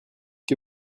que